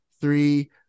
Three